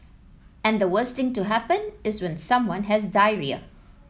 and the worst thing to happen is when someone has diarrhoea